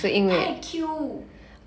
太 Q